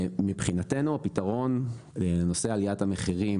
מבחינתנו הפתרון לנושא עליית המחירים